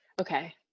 Okay